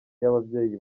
y’ababyeyi